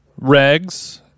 Regs